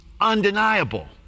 undeniable